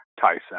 Tyson